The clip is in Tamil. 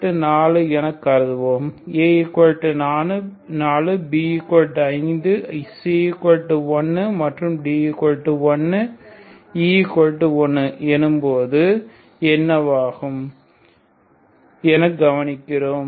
A4 என கருதுவோம் A4 B5 C1 மற்றும் D1 E1 எனும்போது என்னவாகும் என கவனிக்கிறோம்